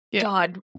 God